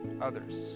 others